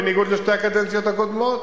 בניגוד לשתי הקדנציות הקודמות.